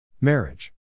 Marriage